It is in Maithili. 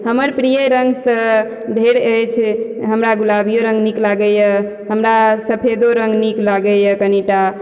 हमर प्रिय रङ्ग तऽ ढ़ेर अछि हमरा गुलबियो रङ्ग नीक लागइए हमरा सफेदो रङ्ग नीक लागइए कनिटा